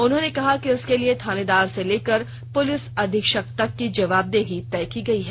उन्होंने कहा कि इसके लिए थानेदार से लेकर पुलिस अधीक्षक तक की जवाबदेही तय की गई है